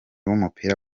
w’umupira